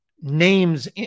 names